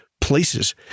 places